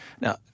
Now